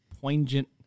poignant